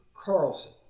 Carlson